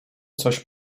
coś